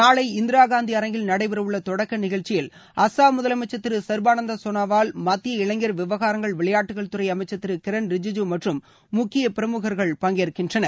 நாளை இந்திரா காந்தி அரங்கில் நடைபெறவுள்ள தொடக்க நிகழ்ச்சியில் அசாம் முதலமைச்சர் திரு சர்பானந் சோனேவால் மத்திய இளைஞர் விவகாரங்கள் விளையாட்டுகள் துறை அமைச்சர் திரு கிரன் ரிஜிஜு மற்றும் முக்கிய பிரமுகர்கள் பங்கேற்கின்றனர்